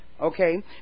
Okay